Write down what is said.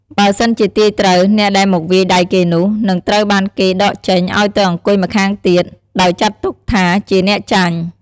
បើសិនជាទាយត្រូវ អ្នកដែលមកវាយដៃគេនោះ និងត្រូវបានគេដកចេញឲ្យទៅអង្គុយម្ខាងទៀត ដោយចាត់ទុកថាជាអ្នកចាញ់។